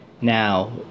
now